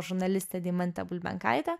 žurnalistė deimantė bulbenkaitė